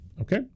Okay